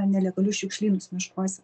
nelegalius šiukšlynus miškuose